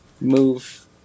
move